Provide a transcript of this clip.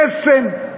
קסם,